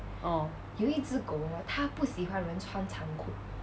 orh